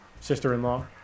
sister-in-law